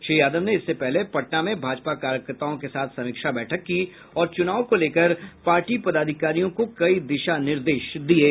श्री यादव ने इससे पहले पटना में भाजपा कार्यकर्ताओं के साथ समीक्षा बैठक की और चुनाव को लेकर पार्टी पदाधिकारियों को कई दिशा निर्देश दिये